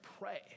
pray